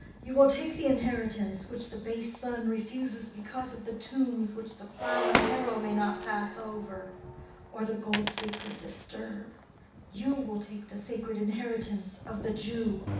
you will take the inheritance which the base son refuses because of the tombs which the plow and harrow may not pass over or the gold-seeker disturb you will take the sacred inheritance of the jew.